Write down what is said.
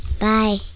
Bye